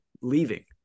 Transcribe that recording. leaving